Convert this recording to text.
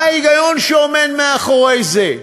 מה ההיגיון שעומד מאחורי זה?